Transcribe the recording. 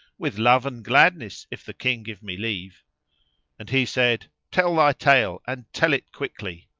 with love and gladness if the king give me leave and he said, tell thy tale and tell it quickly.